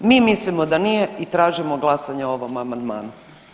Mi mislimo da nije i tražimo glasovanje o ovom amandmanu.